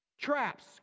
traps